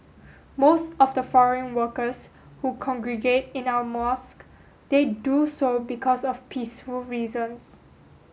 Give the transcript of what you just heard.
most of the foreign workers who congregate in our mosque they do so because of peaceful reasons